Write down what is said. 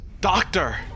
Doctor